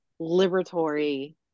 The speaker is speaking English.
liberatory